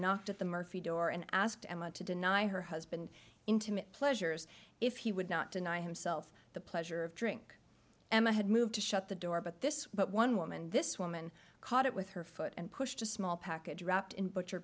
knocked at the murphy door and asked emma to deny her husband intimate pleasures if he would not deny himself the pleasure of drink emma had moved to shut the door but this but one woman this woman caught it with her foot and pushed a small package wrapped in butcher